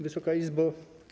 Wysoka Izbo!